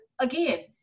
again